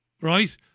Right